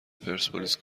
پرسپولیس